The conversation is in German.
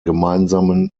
gemeinsamen